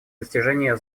достижения